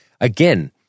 Again